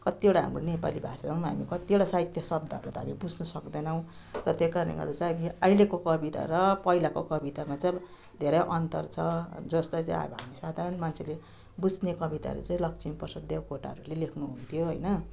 कतिवटा हाम्रो नेपाली भाषा पनि हामी कतिवटा साहित्यिक शब्दहरू त हामी बुझ्न सक्दैनौँ र त्यो कारणले गर्दा चाहिँ अहिलेको कविता र पहिलाको कवितमा चाहिँ अब धेरै अन्तर छ जस्तै चाहिँ अब हामी साधारण मान्छेले बुझ्ने कविताहरू चाहिँ लक्ष्मीप्रसाद देवकोटाहरूले लेख्नुहुन्थ्यो होइन